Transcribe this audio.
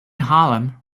harlem